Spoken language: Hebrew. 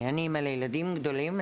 אני אמא לילדים גדולים.